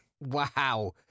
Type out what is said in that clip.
Wow